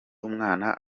umwana